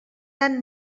tant